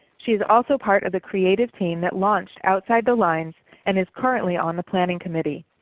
she is also part of the creative team that launched outside the lines and is currently on the planning committee.